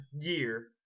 year